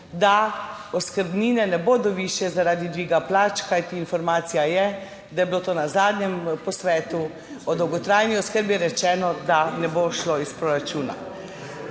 da oskrbnine ne bodo višje zaradi dviga plač, kajti informacija je, da je bilo na zadnjem posvetu o dolgotrajni oskrbi rečeno, da ne bo šlo iz proračuna.